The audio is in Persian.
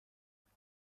کنیم